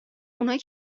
اونایی